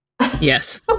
Yes